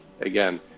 again